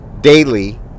daily